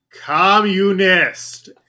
communist